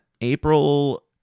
April